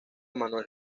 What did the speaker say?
manuel